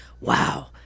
Wow